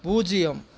பூஜ்ஜியம்